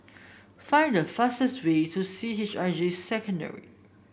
find the fastest way to C H I J Secondary